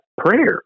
prayer